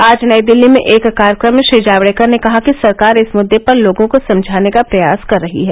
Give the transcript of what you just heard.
आज नई दिल्ली में एक कार्यक्रम में श्री जावडेकर ने कहा कि सरकार इस मुद्दे पर लोगों को समझाने का प्रयास कर रही है